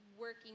working